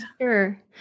Sure